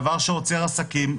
דבר שעוצר עסקים,